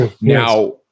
Now